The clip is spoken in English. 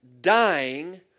dying